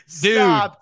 dude